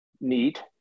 neat